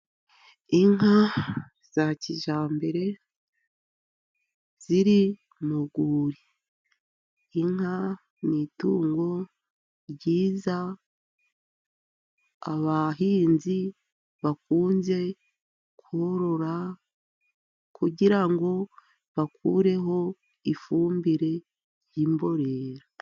Inka za kijyambere ziri mu rwuri, inka ni itungo ryiza abahinzi bakunze korora, kugira ngo bakureho ifumbire y'imborera.